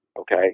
Okay